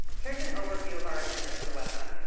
here is an overview of our agenda for the webinar.